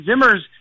Zimmer's